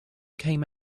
came